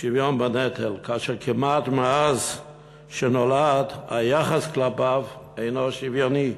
שוויון בנטל כאשר כמעט מאז שהוא נולד היחס כלפיו אינו שוויוני.